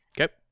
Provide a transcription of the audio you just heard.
Okay